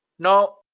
now,